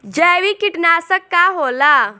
जैविक कीटनाशक का होला?